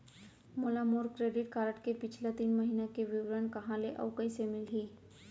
मोला मोर credit card के पिछला तीन महीना के विवरण कहाँ ले अऊ कइसे मिलही?